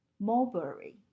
mulberry